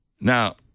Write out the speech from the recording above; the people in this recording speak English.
Now